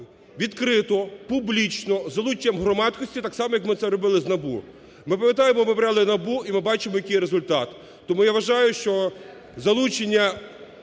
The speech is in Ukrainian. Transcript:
відкрито, публічно, з залученням громадськості, так само, як ми це робили з НАБУ. Ми пам'ятаємо, ми обирали НАБУ, і ми бачимо який результат. Тому, я вважаю, що залучення